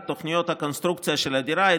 את תוכנית הקונסטרוקציה של הדירה,